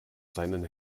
seinen